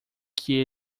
que